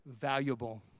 valuable